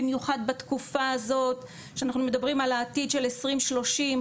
במיוחד בתקופה הזאת שאנחנו מדברים על העתיד של 2030,